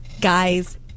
Guys